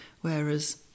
Whereas